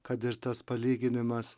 kad ir tas palyginimas